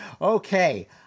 Okay